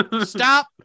Stop